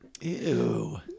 Ew